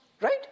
right